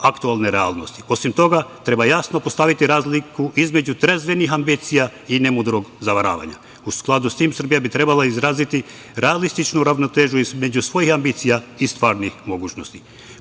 Osim toga, treba jasno postaviti razliku između trezvenih ambicija i nemudrog zavaravanja. U skladu s tim, Srbija bi trebalo da izrazi realističnu ravnotežu između svojih ambicija i stvarnih mogućnosti.